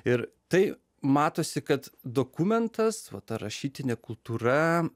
ir tai matosi kad dokumentas vata rašytinė kultūra